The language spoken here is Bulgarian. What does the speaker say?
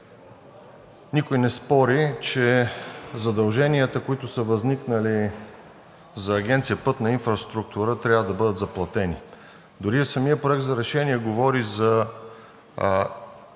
Никой не спори, че задълженията, които са възникнали за Агенция „Пътна инфраструктура“, трябва да бъдат заплатени. Дори и самият проект за решение говори за